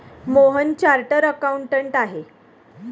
Mohan chartered accountant आहेत